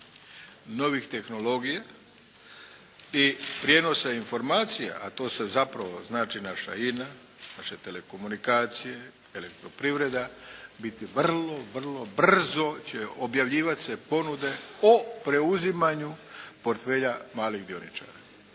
novih tehnologija i prijenosa informacija a to sve zapravo znači naša INA, naše telekomunikacije, Elektroprivreda u biti vrlo, vrlo brzo će objavljivat se ponude o preuzimanju portfelja malih dioničara.